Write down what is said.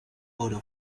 oro